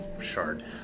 shard